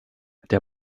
der